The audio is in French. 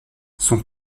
son